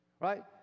right